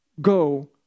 go